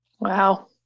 Wow